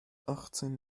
achtzehn